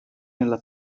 nella